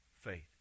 faith